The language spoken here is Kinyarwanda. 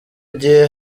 gihe